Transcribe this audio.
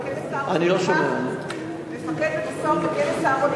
מפקד "סהרונים",